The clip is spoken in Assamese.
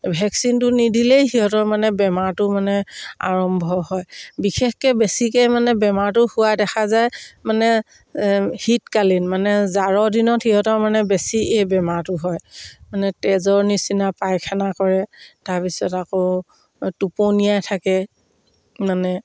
ভেকচিনটো নিদিলেই সিহঁতৰ মানে বেমাৰটো মানে আৰম্ভ হয় বিশেষকৈ বেছিকৈ মানে বেমাৰটো হোৱা দেখা যায় মানে শীতকালীন মানে জাৰৰ দিনত সিহঁতৰ মানে বেছি এই বেমাৰটো হয় মানে তেজৰ নিচিনা পায়খানা কৰে তাৰপিছত আকৌ টোপনিয়াই থাকে মানে